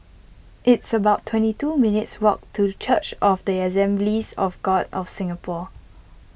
it's about twenty two minutes' walk to Church of the Assemblies of God of Singapore